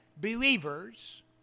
believers